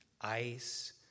ice